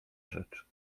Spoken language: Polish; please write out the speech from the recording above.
rzecz